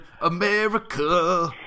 America